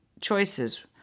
choices